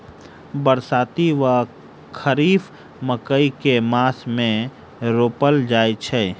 बरसाती वा खरीफ मकई केँ मास मे रोपल जाय छैय?